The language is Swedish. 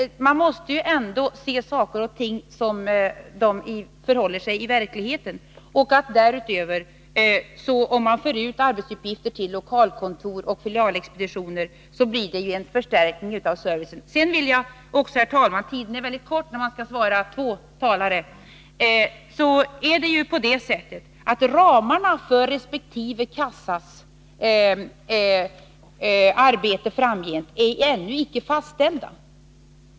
Man måste ändå se saker och ting som de förhåller sig i verkligheten. Om man för ut arbetsuppgifter till lokalkontor och filialexpeditioner, får man en förstärkning av servicen. Herr talman! Tiden är kort när man skall svara två talare. Ramarna för resp. kassas arbete framgent är ännu icke fastställda.